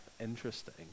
interesting